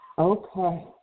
Okay